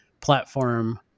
platform